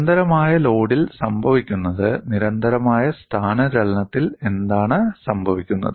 നിരന്തരമായ ലോഡിൽ സംഭവിക്കുന്നത് നിരന്തരമായ സ്ഥാനചലനത്തിൽ എന്താണ് സംഭവിക്കുന്നത്